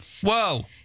Whoa